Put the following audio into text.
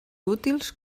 útils